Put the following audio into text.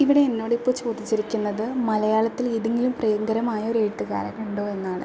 ഇവിടെ എന്നോടിപ്പം ചോദിച്ചിരിക്കുന്നത് മലയാളത്തിൽ ഏതെങ്കിലും പ്രിയങ്കരമായൊരു എഴുത്തുകാരൻ ഉണ്ടോ എന്നാണ്